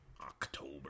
october